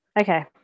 okay